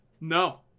no